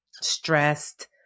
stressed